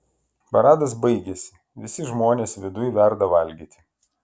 paradas baigėsi visi žmonės viduj verda valgyti